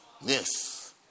Yes